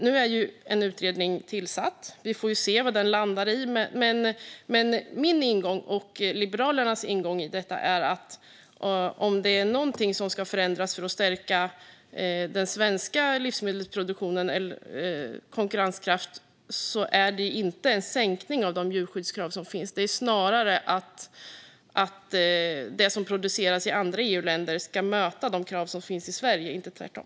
Nu är en utredning tillsatt, och vi får se vad den landar i, men min och Liberalernas ingång i detta är att om det är någonting som ska förändras för att stärka den svenska livsmedelsproduktionens konkurrenskraft så är det inte en sänkning av de djurskyddskrav som finns. Det är snarare så att det som produceras i andra EU-länder ska möta de krav som finns i Sverige och inte tvärtom.